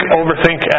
overthink